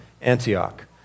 Antioch